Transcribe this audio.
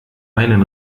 einen